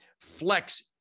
flex